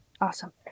Awesome